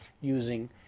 using